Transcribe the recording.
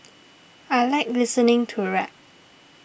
I like listening to rap